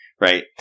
right